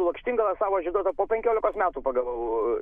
lakštingalą savo žieduotą po penkiolikos metų pagavau